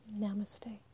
Namaste